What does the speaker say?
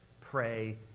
pray